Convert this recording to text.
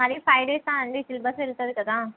మరీ five days ఆ అండి సిలబస్ వెళ్తుంది కదా